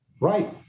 Right